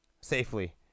safely